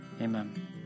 Amen